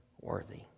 worthy